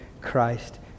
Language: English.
Christ